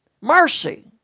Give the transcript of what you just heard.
mercy